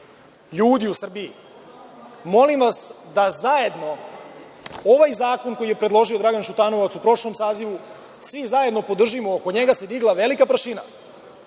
ljudi u Srbiji. Molim vas da zajedno ovaj zakon koji je predložio Dragan Šutanovac u prošlom sazivu, svi zajedno podržimo. Oko njega se digla velika prašina